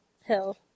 hill